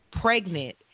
pregnant